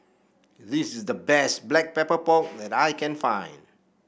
this is the best Black Pepper Pork that I can find